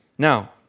Now